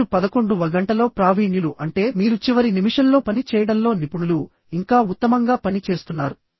మీరు 11వ గంటలో ప్రావీణ్యులు అంటే మీరు చివరి నిమిషంలో పని చేయడంలో నిపుణులు ఇంకా ఉత్తమంగా పని చేస్తున్నారు